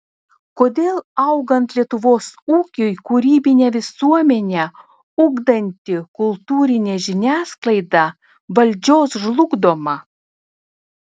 kodėl augant lietuvos ūkiui kūrybinę visuomenę ugdanti kultūrinė žiniasklaida valdžios žlugdoma